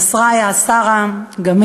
נסריה שרה ברכה,